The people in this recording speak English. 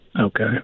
Okay